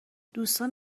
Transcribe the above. دوستان